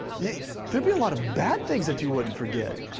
yeah could be a lot of bad things that you wouldn't forget.